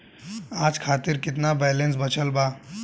आज खातिर केतना बैलैंस बचल बा?